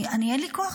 אין לי כוח,